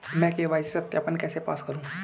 मैं के.वाई.सी सत्यापन कैसे पास करूँ?